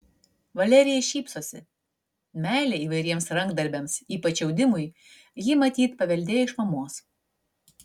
valerija šypsosi meilę įvairiems rankdarbiams ypač audimui ji matyt paveldėjo iš mamos